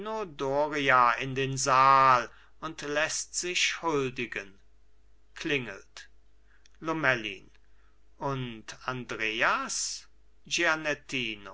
doria in den saal und läßt sich huldigen klingelt lomellin und andreas